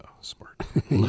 Smart